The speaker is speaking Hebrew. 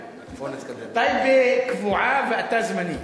טייבה קבועה ואתה זמני.